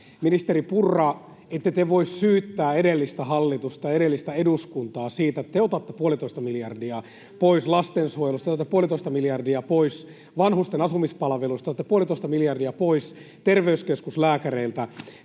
Ministeri Purra, ette te voi syyttää edellistä hallitusta ja edellistä eduskuntaa siitä, että te otatte puolitoista miljardia pois lastensuojelusta, otatte puolitoista miljardia pois vanhusten asumispalveluista ja otatte puolitoista miljardia pois terveyskeskuslääkäreiltä.